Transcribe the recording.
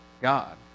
God